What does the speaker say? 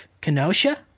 Kenosha